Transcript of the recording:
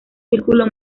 círculo